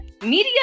media